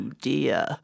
dear